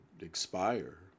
expire